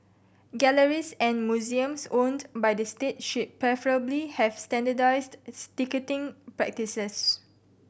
galleries and museums owned by the state should preferably have standardised its ticketing practices